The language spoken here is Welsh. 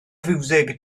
fiwsig